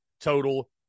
total